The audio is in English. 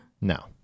No